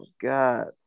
god